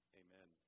amen